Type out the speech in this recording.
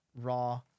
raw